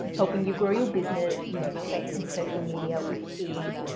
helping you grow your business using tech and social media with ease.